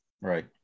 Right